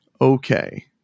Okay